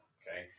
okay